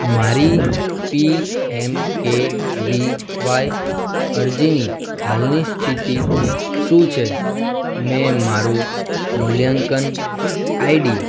મારી P M K V Y અરજીની હાલની સ્થિતિ શું છે મેં મારું મૂલ્યાંકન આઇડી